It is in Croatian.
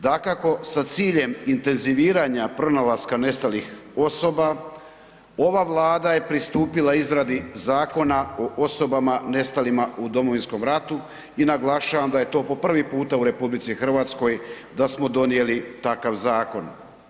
Dakako sa ciljem intenziviranja pronalaska nestalih osoba, ova Vlada je pristupila izradi Zakona o osobama nestalima u Domovinskom ratu i naglašavam da je to po prvi puta u RH da smo donijeli takav zakon.